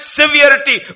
severity